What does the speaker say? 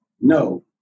No